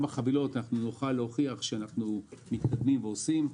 החבילות להוכיח שאנחנו מתקדמים ועושים.